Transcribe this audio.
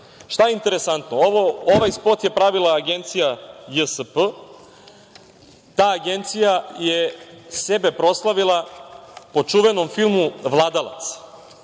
je interesantno? Ovaj spot je pravila agencija JSP. Ta agencija je sebe proslavila po čuvenom filmu „Vladalac“,